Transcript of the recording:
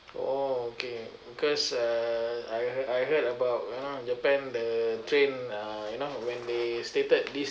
oh okay because uh I heard I heard about you know japan the train uh you know when they stated this